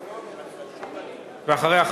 ואחריה,